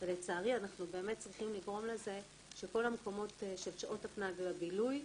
אנחנו נתקלים בקשיים רבים בנושא,